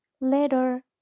Later